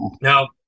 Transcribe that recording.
now